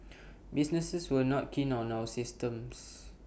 businesses were not keen on our systems